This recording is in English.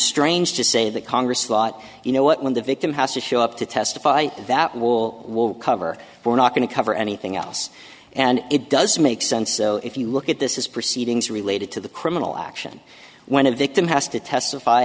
strange to say that congress thought you know what when the victim has to show up to testify that wall will cover we're not going to cover anything else and it does make sense so if you look at this is proceedings related to the criminal action when a victim has to testify